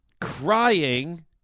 crying